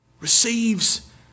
receives